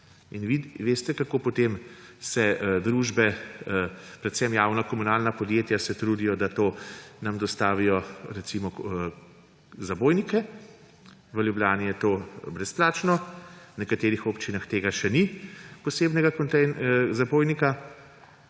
veste, kako se potem družbe, predvsem javna komunalna podjetja trudijo, da nam dostavijo zabojnike. V Ljubljani je to brezplačno, v nekaterih občinah še ni posebnega zabojnika.